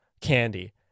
candy